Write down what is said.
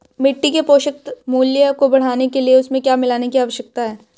मिट्टी के पोषक मूल्य को बढ़ाने के लिए उसमें क्या मिलाने की आवश्यकता है?